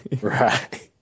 Right